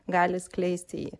gali skleisti jį